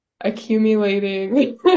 accumulating